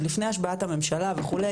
עוד לפני השבעת הממשלה וכו',